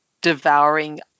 devouring